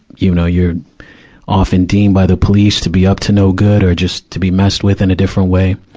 you know, you're often deemed by the police to be up to no good or just to be messed with in a different way.